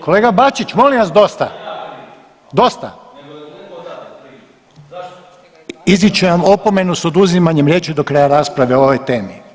Kolega, kolega Bačić, molim vas dosta, dosta! … [[Upadica iz klupe se ne razumije]] Izričem vam opomenu s oduzimanjem riječi do kraja rasprave o ovoj temi.